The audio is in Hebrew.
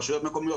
רשויות מקומיות,